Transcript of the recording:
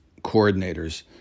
coordinators